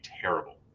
terrible